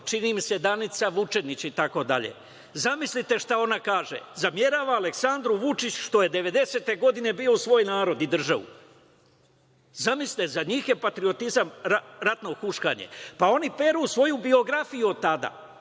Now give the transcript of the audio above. čini mi se Danica Vučenić i tako dalje. Zamislite šta ona kaže? Zamera Aleksandru Vučiću što je 1990. godine bio uz svoj narod i državu. Zamislite za njih je patriotizam ratno huškanje. Pa oni peru svoju biografiju od tada. Evo